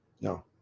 no